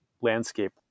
landscape